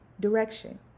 direction